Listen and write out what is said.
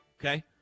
Okay